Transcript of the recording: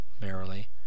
merrily